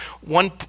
One